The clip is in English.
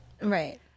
Right